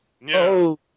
no